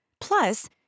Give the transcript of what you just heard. Plus